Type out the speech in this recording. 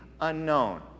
unknown